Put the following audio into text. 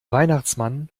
weihnachtsmann